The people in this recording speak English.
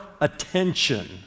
attention